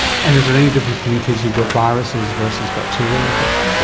and is there any difference between kids who got viruses versus bacterial infection? well,